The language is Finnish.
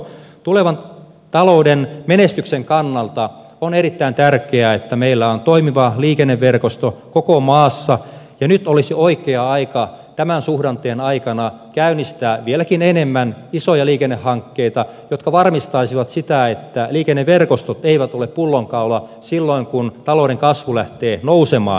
tulevan talouden menestyksen kannalta on erittäin tärkeää että meillä on toimiva liikenneverkosto koko maassa ja nyt olisi oikea aika tämän suhdanteen aikana käynnistää vieläkin enemmän isoja liikennehankkeita jotka varmistaisivat sitä että liikenneverkostot eivät ole pullonkaula silloin kun talouden kasvu lähtee nousemaan